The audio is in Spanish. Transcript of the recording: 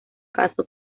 caso